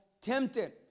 tempted